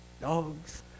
dogs